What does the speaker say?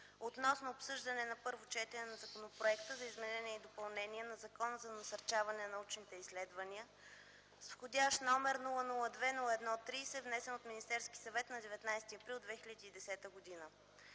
относно обсъждане на първо четене на Законопроект за изменение и допълнение на Закона за насърчаване на научните изследвания с вх. № 002-01-30, внесен от Министерския съвет на 19 април 2010 г.